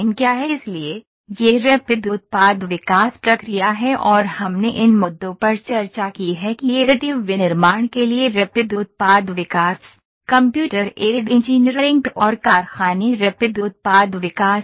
इसलिए यह रैपिड उत्पाद विकास प्रक्रिया है और हमने इन मुद्दों पर चर्चा की है कि एडिटिव विनिर्माण के लिए रैपिड उत्पाद विकास कंप्यूटर एडेड इंजीनियरिंग और कारखाने रैपिड उत्पाद विकास कारखाने